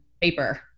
paper